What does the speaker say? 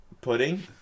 Pudding